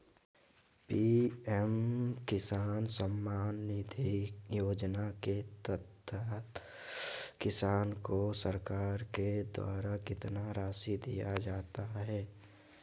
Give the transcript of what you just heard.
PM Kisan Samman Nidhi योजना के तहत किसान को सरकार के द्वारा कितना रासि दिया जाता है?